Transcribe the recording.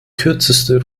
kürzeste